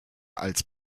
als